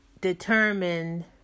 determined